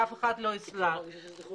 זה פשוט חטא על פשע,